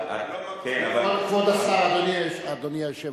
כבוד השר, אדוני היושב-ראש,